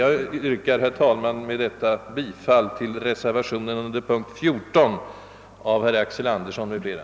Jag yrkar med det sagda bifall till reservationen 2 a vid punkten 14 av herr Axel Andersson m.fl.